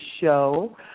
show